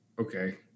Okay